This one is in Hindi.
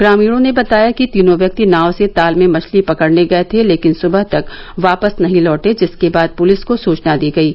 ग्रामीणों ने बताया कि तीनों व्यक्ति नाव से ताल में मछली पकड़ने गए थे लेकिन सुबह तक वापस नहीं लौटे जिसके बाद पुलिस को सूचना दी गयी